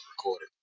recorded